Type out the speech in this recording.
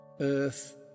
Earth